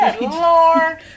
lord